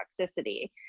toxicity